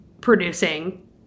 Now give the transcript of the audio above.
producing